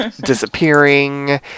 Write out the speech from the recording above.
disappearing